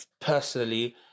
personally